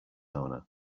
owner